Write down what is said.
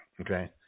okay